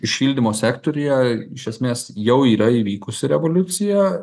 šildymo sektoriuje iš esmės jau yra įvykusi revoliucija